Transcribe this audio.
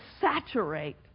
saturate